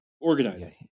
organizing